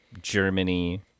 Germany